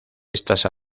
estas